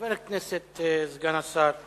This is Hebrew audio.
חבר הכנסת סגן השר ליצמן,